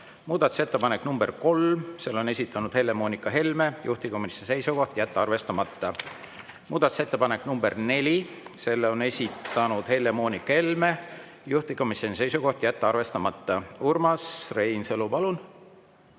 Muudatusettepanek nr 3, selle on esitanud Helle-Moonika Helme, juhtivkomisjoni seisukoht: jätta arvestamata. Muudatusettepanek nr 4, selle on esitanud Helle-Moonika Helme, juhtivkomisjoni seisukoht: jätta arvestamata. Urmas Reinsalu, palun!